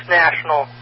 national